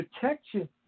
protection